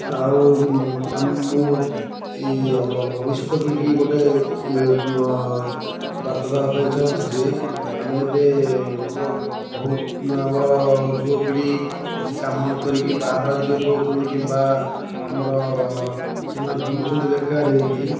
ଆଉ ଆ ମୁଁ ଏ ଆମର ଭବିଷ୍ୟତ ପିଢ଼ିକି ଗୋଟେ ଇଏ ମ ବାର୍ତ୍ତା ଦେବାପାଇଁ ଚାହୁଁଛି ଯେ ଆମେ ଏବେ ମତଲବ୍ ବହୁତ ଆମର ଯୁବପିଢ଼ି କିଛି କାମ ନ କରିକି ବାହାର ରାଜ୍ୟକୁ ପଳାଉଛନ୍ତି କିମ୍ବା ଆମର ସେମାନେ ବୁଲୁଛନ୍ତି ବେକାର ହୋଇକି